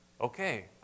Okay